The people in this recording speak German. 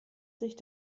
sich